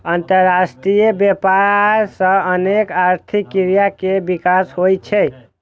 अंतरराष्ट्रीय व्यापार सं अनेक आर्थिक क्रिया केर विकास होइ छै